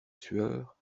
sueur